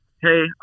hey